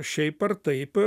šiaip ar taip